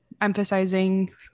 emphasizing